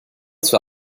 zur